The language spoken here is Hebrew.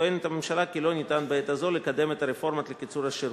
טוענת הממשלה כי אי-אפשר בעת הזאת לקדם את הרפורמות לקיצור השירות.